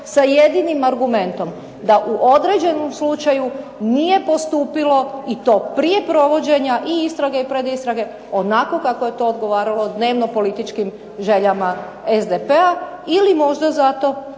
Sa jedinim argumentom da u određenom slučaju nije postupilo i to prije provođenja i istrage i predistrage onako kako je to odgovaralo dnevno političkim željama SDP-a. Ili možda zato